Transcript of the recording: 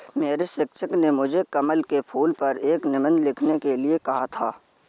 मेरे शिक्षक ने मुझे कमल के फूल पर एक निबंध लिखने के लिए कहा था